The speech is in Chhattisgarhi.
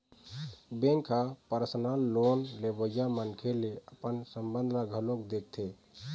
बेंक ह परसनल लोन लेवइया मनखे ले अपन संबंध ल घलोक देखथे